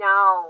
Now